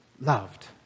loved